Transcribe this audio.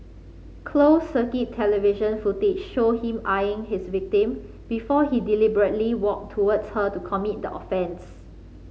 closed circuit television footage showed him eyeing his victim before he deliberately walked towards her to commit the offence